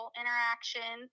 interaction